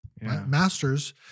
Masters